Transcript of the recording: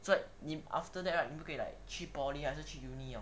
so 你 after that right 你不可以 like 去 poly 还是去 uni liao